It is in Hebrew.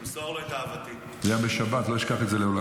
זה היה בשבת, אני לא אשכח את זה לעולם.